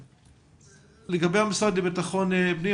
לגבי המשרד לביטחון פנים.